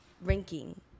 ranking